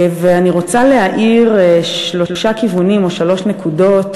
ואני רוצה להאיר שלושה כיוונים או שלוש נקודות